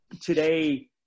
today